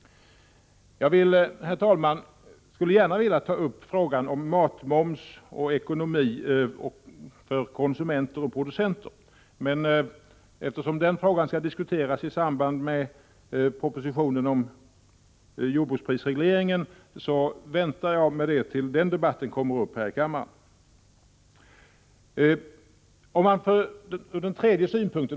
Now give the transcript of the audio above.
Jag skulle gärna vilja ta upp frågan om matmoms och ekonomi för konsumenter och producenter, men eftersom den frågan skall diskuteras i samband med behandlingen av propositionen om jordbruksprisregleringen väntar jag med det tills den debatten kommer upp här i kammaren.